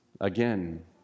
again